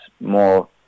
more